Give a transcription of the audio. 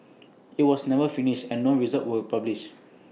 IT was never finished and no results were published